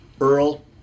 Earl